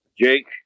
Jake